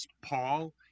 Paul